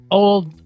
old